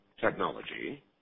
technology